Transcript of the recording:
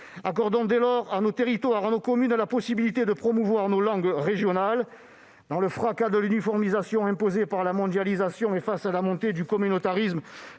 Accordons dès lors à nos territoires, à nos communes la possibilité de promouvoir nos langues régionales. Dans le fracas de l'uniformisation imposée par la mondialisation et face à la montée du communautarisme